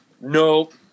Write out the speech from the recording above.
Nope